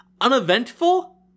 uneventful